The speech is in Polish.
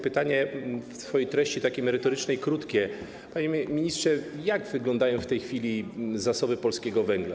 Pytanie w swojej treści takiej merytorycznej krótkie: Panie ministrze, jak wyglądają w tej chwili zasoby polskiego węgla?